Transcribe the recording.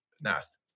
Nast